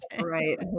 right